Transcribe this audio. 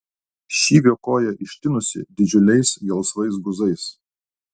šyvio koja ištinusi didžiuliais gelsvais guzais